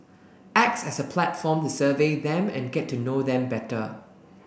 acts as a platform to survey them and get to know them better